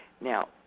Now